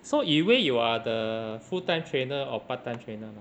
so yi wei you are the full time trainer or part time trainer